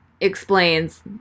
explains